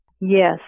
Yes